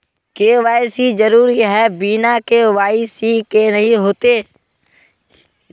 KYC जरुरी है बिना के.वाई.सी के नहीं होते?